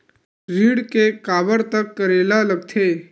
ऋण के काबर तक करेला लगथे?